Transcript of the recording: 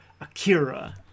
akira